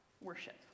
worship